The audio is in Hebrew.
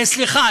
סליחה,